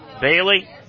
Bailey